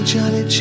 Johnny